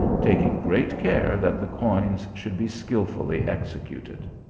taking great care that the coins should be skilfully executed.